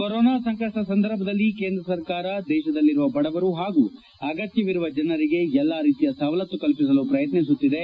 corona ಸಂಕಷ್ನ ಸಂದರ್ಭದಲ್ಲಿ ಕೇಂದ್ರ ಸರ್ಕಾರ ದೇಶದಲ್ಲಿರುವ ಬಡವರು ಹಾಗೂ ಅಗತ್ಯವಿರುವ ಜನರಿಗೆ ಎಲ್ಲ ರೀತಿಯ ಸವಲತ್ತು ಕಲ್ಲಿಸಲು ಪ್ರಯತ್ಯಿಸುತ್ತಿದೆ